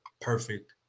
perfect